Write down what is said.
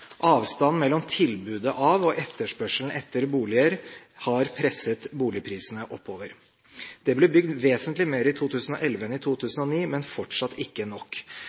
Avstanden mellom tilbudet av og etterspørselen etter boliger har presset boligprisene oppover. Det ble bygd vesentlig mer i 2011 enn i 2009, men fortsatt ikke nok.